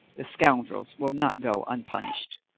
the scoundrels will not go unpunished.